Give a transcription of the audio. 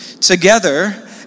together